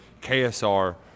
KSR